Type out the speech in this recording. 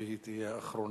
והיא תהיה האחרונה